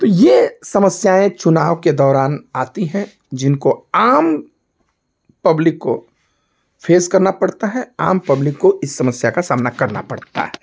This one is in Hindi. तो यह समस्याएँ चुनाव के दौरान आती हैं जिनको आम पब्लिक को फेस करना पड़ता है आम पब्लिक को इस समस्या का सामना करना पड़ता है